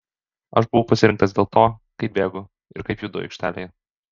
aš buvau pasirinktas dėl to kaip bėgu ir kaip judu aikštelėje